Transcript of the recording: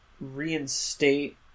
reinstate